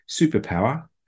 Superpower